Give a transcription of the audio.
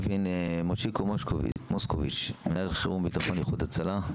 מושיקו מוסקוביץ, מנהל חירום וביטחון באיחוד הצלה.